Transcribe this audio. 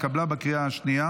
התקבלה בקריאה שנייה